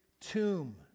tomb